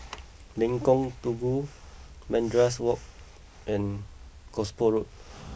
Lengkong Tujuh Madrasah Wak and Gosport Road